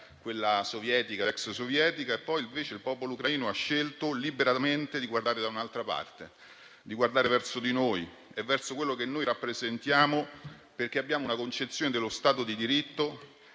quella sovietica ed ex sovietica; ma poi invece il popolo ucraino ha scelto liberamente di guardare da un'altra parte, di guardare verso di noi e verso quello che noi rappresentiamo, perché abbiamo una concezione dello Stato di diritto